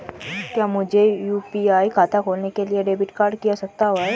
क्या मुझे यू.पी.आई खाता खोलने के लिए डेबिट कार्ड की आवश्यकता है?